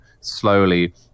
slowly